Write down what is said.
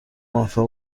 موفق